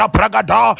Pragada